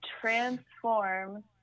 transform